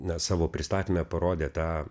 na savo pristatyme parodė tą